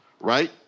right